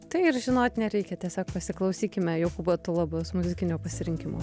tai ir žinot nereikia tiesiog pasiklausykime jokūbo tulabos muzikinio pasirinkimo